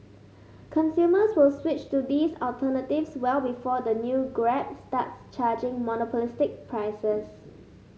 consumers will switch to these alternatives well before the new Grab starts charging monopolistic prices